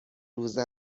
روزه